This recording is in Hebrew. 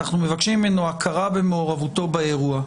אנחנו מבקשים ממנו הכרה במעורבותו באירוע.